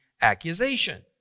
accusation